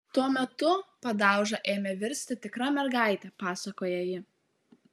tuo metu padauža ėmė virsti tikra mergaite pasakoja ji